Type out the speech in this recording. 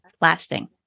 lasting